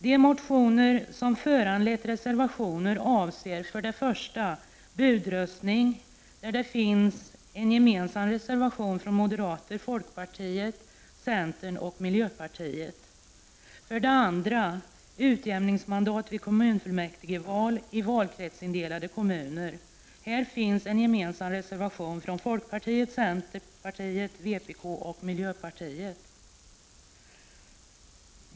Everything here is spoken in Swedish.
De motioner som föranlett reservationer avser för det första budröstning, där det finns en gemensam reservation från moderaterna, folkpartiet, centern och miljöpartiet, för det andra utjämningsmandat vid kommunfullmäktigeval i valkretsindelade kommuner. Här finns en gemensam reservation från folkpartiet, centern, vpk och miljöpartiet.